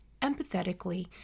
empathetically